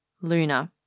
Luna